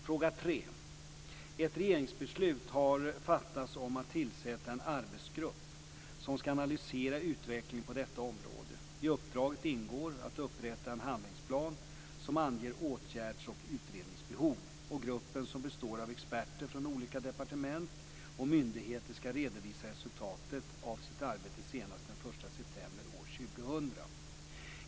Fråga 3: Ett regeringsbeslut har fattats om att tillsätta en arbetsgrupp som ska analysera utvecklingen på detta område. I uppdraget ingår att upprätta en handlingsplan som anger åtgärds och utredningsbehov. Gruppen, som består av experter från olika departement och myndigheter, ska redovisa resultatet av sitt arbete senast den 1 september 2000.